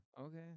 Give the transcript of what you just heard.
Okay